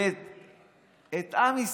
התשפ"ב 2022, של חבר הכנסת דודו אמסלם.